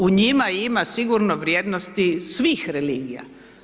U njima ima sigurno vrijednosti svih religija.